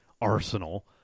arsenal